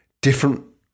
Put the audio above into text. different